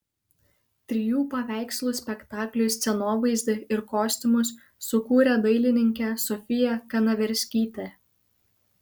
trijų paveikslų spektakliui scenovaizdį ir kostiumus sukūrė dailininkė sofija kanaverskytė